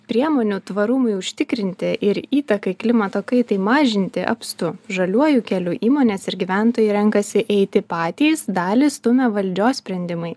priemonių tvarumui užtikrinti ir įtakai klimato kaitai mažinti apstu žaliuoju keliu įmonės ir gyventojai renkasi eiti patys dalį stumia valdžios sprendimai